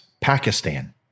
Pakistan